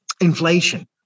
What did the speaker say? inflation